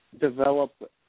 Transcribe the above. develop